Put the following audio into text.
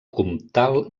comtal